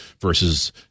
versus